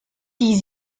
die